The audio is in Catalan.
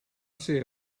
ser